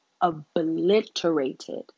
obliterated